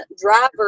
driver